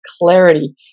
clarity